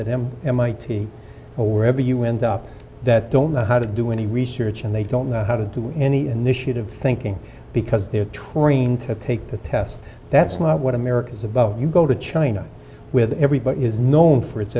at m mit or wherever you wind up that don't know how to do any research and they don't know how to do any initiative thinking because they're trained to take the test that's not what america's about you go to china with everybody is known for its